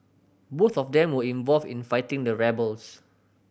both of them were involved in fighting the rebels